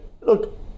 look